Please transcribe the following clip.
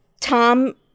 Tom